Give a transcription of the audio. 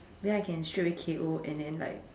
then I can straight away K_O and then like